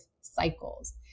cycles